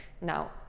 now